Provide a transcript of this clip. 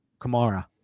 Kamara